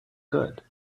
good